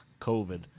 COVID